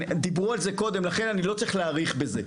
דיברו על זה קודם, לכן אני לא צריך להאריך בזה.